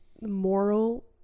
moral